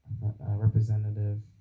representative